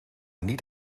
niet